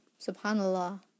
SubhanAllah